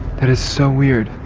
that is so weird.